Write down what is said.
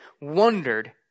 wondered